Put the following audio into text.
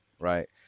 right